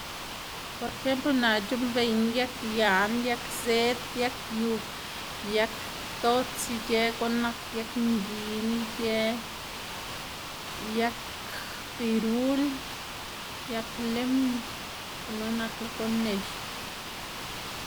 Por ejemplo naꞌ c̲h̲uꞌnnbeyná yag yan, yag zed, yag yu, yag ptoꞌts ic̲h̲ë guꞌn nak yag ngin, ic̲h̲ë yag pirul, yag limn, gunu nakla guꞌn nex.